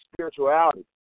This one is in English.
spirituality